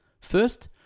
First